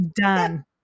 done